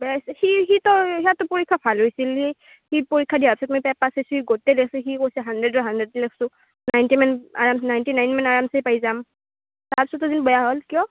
সি সিতো সিয়াৰ পৰীক্ষা ভাল হৈছিল সি সি পৰীক্ষা দিয়াৰ পিছত পেপাৰ চাইছিলোঁ সি কৈছে হাণ্ড্ৰেডৰ হাণ্ড্ৰেডে লিখিছোঁ নাইন্টিমান নাইন্টি নাইনমান আৰামছে পাই যাম তাৰ পিছতো যে বেয়া হ'ল কিয়